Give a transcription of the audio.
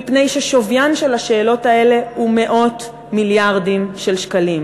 מפני ששוויין של השאלות האלה הוא מאות מיליארדים של שקלים.